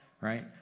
right